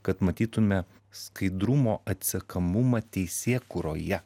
kad matytume skaidrumo atsekamumą teisėkūroje